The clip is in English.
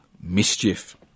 mischief